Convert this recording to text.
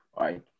right